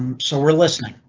um so we're listening,